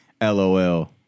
LOL